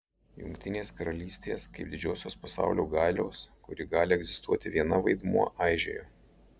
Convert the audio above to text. jungtinės karalystės kaip didžiosios pasaulio galios kuri gali egzistuoti viena vaidmuo aižėjo